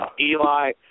Eli